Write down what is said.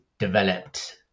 developed